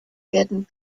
werden